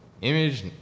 Image